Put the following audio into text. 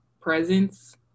presence